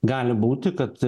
gali būti kad